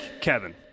Kevin